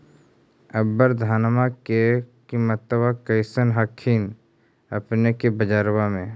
अबर धानमा के किमत्बा कैसन हखिन अपने के बजरबा में?